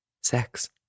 sex